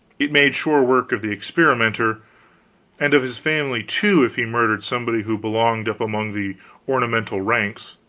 it made short work of the experimenter and of his family, too, if he murdered somebody who belonged up among the ornamental ranks.